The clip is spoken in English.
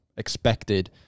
expected